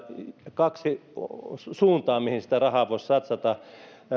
kaksi suuntaa mihin sitä rahaa voisi satsata